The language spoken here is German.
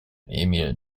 emil